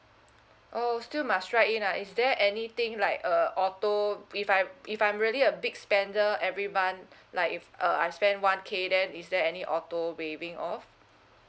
oh still must write in ah is there anything like uh auto if I'm if I'm really a big spender every month like if uh I spend one K then is there any auto waiving off